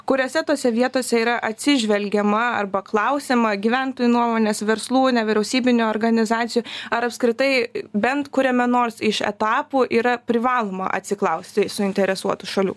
kuriuose tose vietose yra atsižvelgiama arba klausiama gyventojų nuomonės verslų nevyriausybinių organizacijų ar apskritai bent kuriame nors iš etapų yra privaloma atsiklausti suinteresuotų šalių